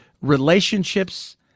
relationships